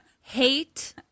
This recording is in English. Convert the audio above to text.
hate